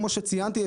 כמו שציינתי,